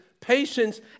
patience